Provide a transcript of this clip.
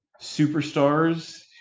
superstars